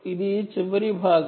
ఇది చివరి భాగం